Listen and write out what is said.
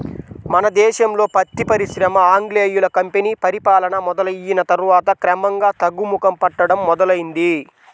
మన దేశంలో పత్తి పరిశ్రమ ఆంగ్లేయుల కంపెనీ పరిపాలన మొదలయ్యిన తర్వాత క్రమంగా తగ్గుముఖం పట్టడం మొదలైంది